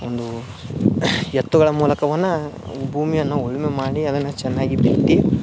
ಒಂದು ಎತ್ತುಗಳ ಮೂಲಕವನ್ನ ಭೂಮಿಯನ್ನು ಉಳುಮೆ ಮಾಡಿ ಅದನ್ನು ಚೆನ್ನಾಗಿ ಬಿತ್ತಿ